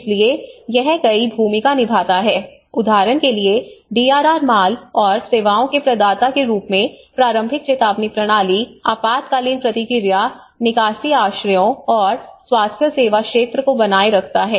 इसलिए यह कई भूमिका निभाता है उदाहरण के लिए डीआरआर माल और सेवाओं के प्रदाता के रूप में प्रारंभिक चेतावनी प्रणाली आपातकालीन प्रतिक्रिया निकासी आश्रयों और स्वास्थ्य सेवा क्षेत्र को बनाए रखता है